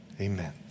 Amen